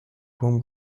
home